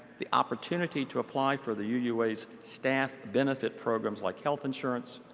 the opportunity to apply for the uua's staff benefit programs like health insurance,